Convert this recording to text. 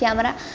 camera